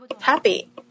happy